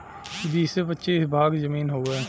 बीसे पचीस भाग जमीन हउवे